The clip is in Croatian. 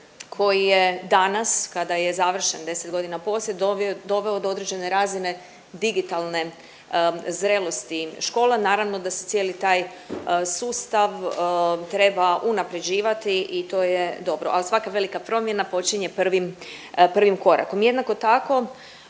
koji je danas kada je završen deset godina poslije, doveo do određene razine digitalne zrelosti škola. Naravno da se cijeli taj sustav treba unapređivati i to je dobro, a svaka velika promjene počinje prvim korakom. Jednako tako